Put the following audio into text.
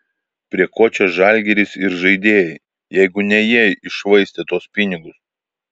prie ko čia žalgiris ir žaidėjai jeigu ne jie iššvaistė tuos pinigus